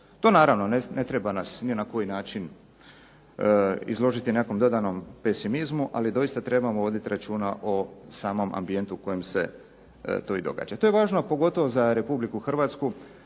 To naravno ne treba nas ni na koji način izložiti nekom dodanom pesimizmu, ali doista trebamo voditi računa o samom ambijentu u kojem se to i događa. To je važno pogotovo za Republiku Hrvatsku